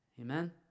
amen